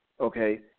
Okay